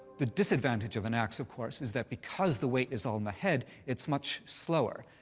the disadvantage of an axe, of course, is that because the weight is all in the head, it's much slower.